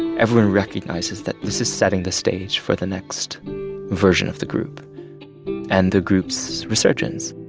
everyone recognizes that this is setting the stage for the next version of the group and the group's resurgence